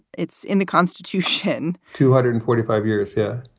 it's in the constitution, two hundred and forty five years here,